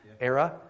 era